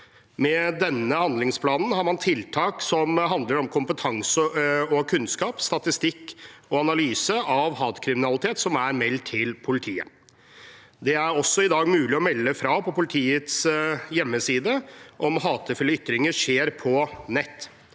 Med denne handlingsplanen har man tiltak som handler om kompetanse i, kunnskap om og statistikk og analyse av hatkriminalitet som er meldt til politiet. Det er i dag også mulig å melde fra på politiets hjemmeside om hatefulle ytringer skjer på nett.